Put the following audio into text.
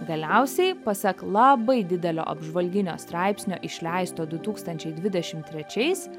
galiausiai pasak labai didelio apžvalginio straipsnio išleisto du tūkstančiai dvidešim trečiais